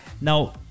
Now